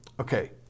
okay